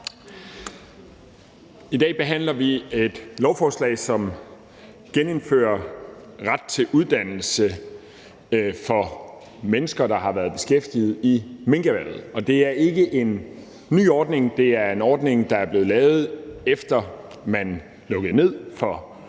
I dag behandler vi et lovforslag, som genindfører ret til uddannelse for mennesker, der har været beskæftiget i minkerhvervet. Det er ikke en ny ordning, det er en ordning, der er blevet lavet, efter at man lukkede ned for